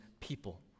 people